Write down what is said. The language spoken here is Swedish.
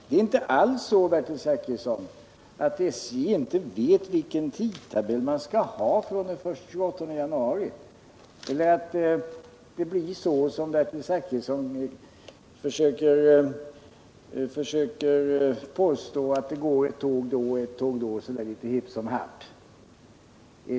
Det är inte alls så, Bertil Zachrisson, att SJ inte vet vilken tidtabell man ska ha från den 28 maj eller att det, som Bertil Zachrisson försöker påstå, blir så att det går ett tåg då och ett tåg då litet så där hipp som happ.